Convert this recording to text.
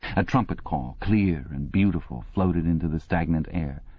a trumpet call, clear and beautiful, floated into the stagnant air.